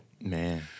Man